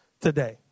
today